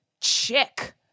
chick